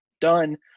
done